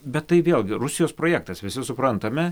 bet tai vėlgi rusijos projektas visi suprantame